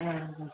औ